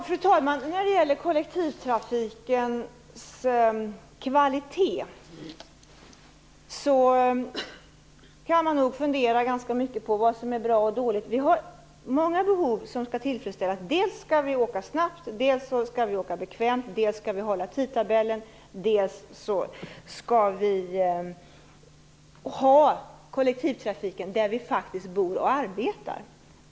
Fru talman! När det gäller kollektivtrafikens kvalitet kan man nog fundera ganska mycket på vad som är bra och dåligt. Det är många behov som skall tillfredsställas. Vi skall åka snabbt och bekvämt, tidtabellen skall hållas och vi skall ha kollektivtrafiken där vi faktiskt bor och arbetar.